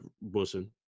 Wilson